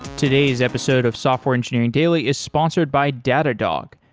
today's episode of software engineering daily is sponsored by datadog,